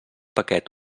paquet